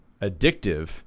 addictive